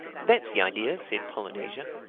that's the idea, said polynesia.